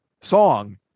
song